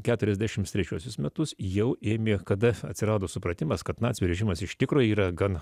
keturiasdešimt trečiuosius metus jau ėmė kada atsirado supratimas kad nacių režimas iš tikro yra gan